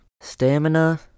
stamina